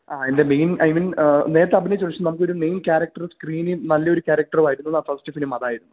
ആ എൻ്റെ main I mean നേരത്തെ അഭിനയിച്ചിട്ടുണ്ട് പക്ഷെ നമുക്കൊരു മെയിൻ ക്യാരക്ടർ സ്ക്രീനിൽ നല്ലൊരു കാരക്ടർ വരുന്നതാ ഫസ്റ്റ് ഫിലിം അതായിരുന്നു